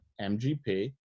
MGP